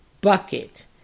bucket